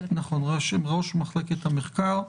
ראש מחלקת המחקר.